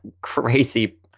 crazy